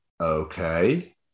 okay